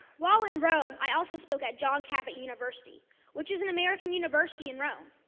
while in rome, i also spoke at john cabot university which is an american university in rome.